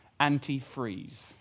antifreeze